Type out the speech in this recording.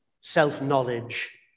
self-knowledge